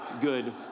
good